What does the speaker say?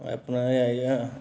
अपना एह् आई गेआ